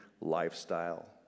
lifestyle